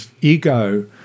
ego